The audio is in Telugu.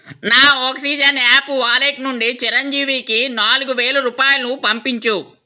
నా ఆక్సిజెన్ యాప్ వాలెట్ నుండి చిరంజీవికి నాలుగు వేల రూపాయలు పంపించుము